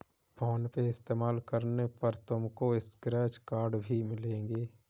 phone पे इस्तेमाल करने पर तुमको स्क्रैच कार्ड्स भी मिलेंगे